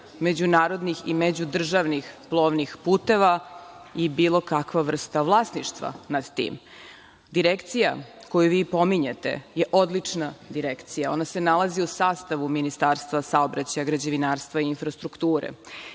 međunarodnih i međudržavnim plovnih puteva i bilo kakva vrsta vlasništva nad tim. Direkcija koju vi pominjete je odlična direkcija. Ona se nalazi u sastavu Ministarstva saobraćaja, građevinarstva i infrastrukture.